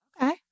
Okay